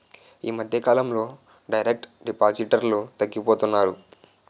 ఈ మధ్యకాలంలో డైరెక్ట్ డిపాజిటర్లు తగ్గిపోతున్నారు